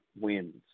wins